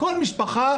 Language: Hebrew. בכל משפחה,